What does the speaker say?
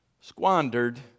squandered